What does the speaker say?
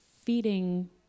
feeding